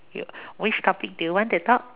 you which topic do you want to talk